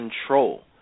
control